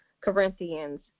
Corinthians